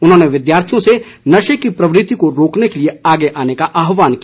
उन्होंने विद्यार्थियों से नशे की प्रवृति को रोकने के लिए आगे आने का आहवान किया